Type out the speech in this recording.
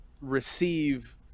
receive